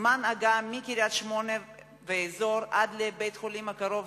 זמן ההגעה מקריית-שמונה והאזור לבית-החולים הקרוב,